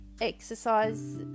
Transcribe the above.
exercise